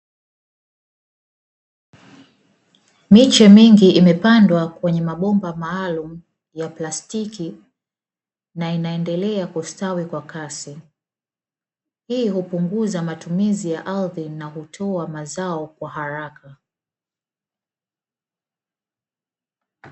Miche mingi imepandwa kwenye mabomba maalumu ya plastiki na inaendelea kustawi kwa kasi, hii hupunguza matumizi ya ardhi na hutoa mazao kwa haraka.